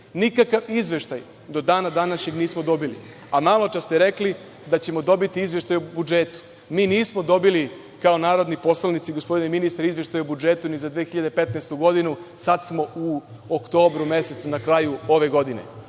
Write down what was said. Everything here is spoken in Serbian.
Nikakav izveštaj do dana današnjeg nismo dobili, a malopre ste rekli da ćemo dobiti izveštaj o budžetu. Mi nismo dobili, kao narodni poslanici, gospodine ministre, izveštaj o budžetu ni za 2015. godinu, sada smo u oktobru mesecu na kraju ove godine.